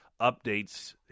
updates –